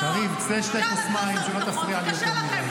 וקשה לכם.